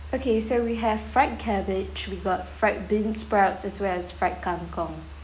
okay so we have fried cabbage we got fried bean sprouts as well as fried kangkung